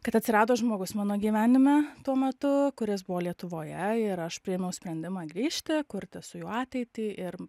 kad atsirado žmogus mano gyvenime tuo metu kuris buvo lietuvoje ir aš priėmiau sprendimą grįžti kurti su juo ateitį ir